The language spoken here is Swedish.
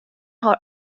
har